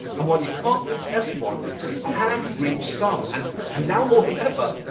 and while you can't reach everyone, you can reach some. and and now more than ever,